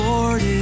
Lord